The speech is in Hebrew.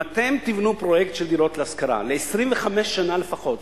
אם אתם תבנו פרויקט של דירות להשכרה ל-25 שנה לפחות,